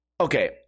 okay